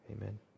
Amen